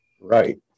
Right